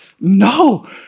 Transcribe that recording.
No